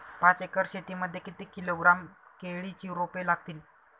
पाच एकर शेती मध्ये किती किलोग्रॅम केळीची रोपे लागतील?